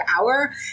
hour